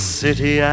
city